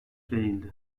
değildi